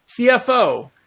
CFO